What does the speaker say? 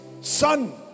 son